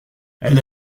elle